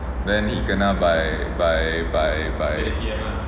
then he kena by by by by